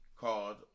called